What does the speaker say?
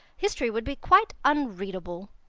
history would be quite unreadable.